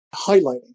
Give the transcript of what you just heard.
highlighting